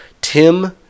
Tim